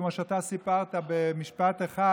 כמו שאתה סיפרת במשפט אחד,